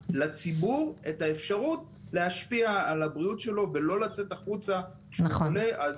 לציבור את האפשרות להשפיע על הבריאות שלו ולא לצאת החוצה כשהוא חולה.